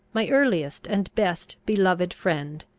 my earliest and best beloved friend,